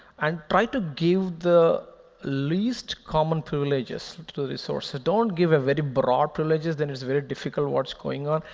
and try to give the least common privileges to the resources. don't give a very broad privileges, then it's very difficult what's going on,